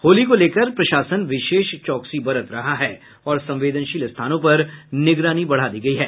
होली को लेकर प्रशासन विशेष चौकसी बरत रहा है और संवेदनशील स्थानों पर निगरानी बढ़ा दी गयी है